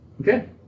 Okay